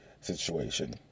situation